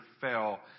fell